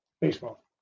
Baseball